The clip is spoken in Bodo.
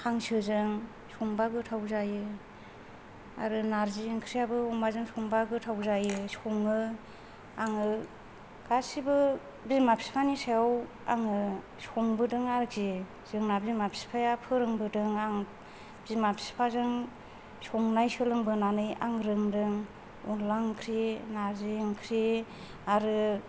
हांसोजों संबा गोथाव जायो आरो नारजि ओंख्रियाबो अमाजों संबा गोथाव जायो सङो आङो गासिबो बिमा बिफानि सायाव संबोदों आरोखि जोंना बिमा बिफाया फोरोंबोदों आरो आं बिमा बिफाजों संनाय सोलोंबोनानै आं रोंदों अनला ओंख्रि नारजि ओंख्रि आरो